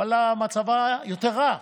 ואללה, מצבה יותר רע,